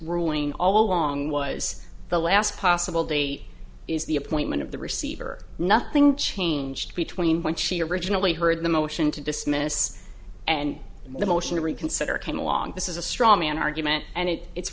ruling all along was the last possible date is the appointment of the receiver nothing changed between when she originally heard the motion to dismiss and the motion to reconsider came along this is a straw man argument and it it's